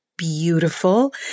beautiful